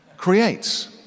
Creates